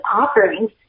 offerings